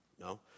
No